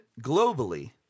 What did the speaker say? globally